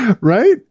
Right